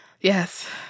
Yes